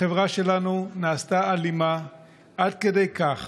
החברה שלנו נעשתה אלימה עד כדי כך